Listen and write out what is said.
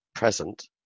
present